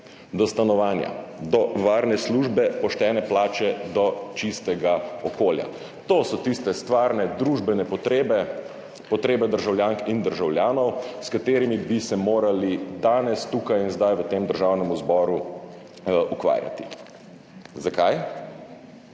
do stanovanja, do varne službe, poštene plače, do čistega okolja. To so tiste stvarne družbene potrebe, potrebe državljank in državljanov, s katerimi bi se morali ukvarjati danes tukaj in zdaj v Državnem zboru. Zakaj?